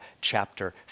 chapter